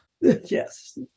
Yes